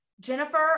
Jennifer